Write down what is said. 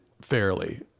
fairly